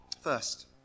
First